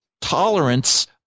tolerance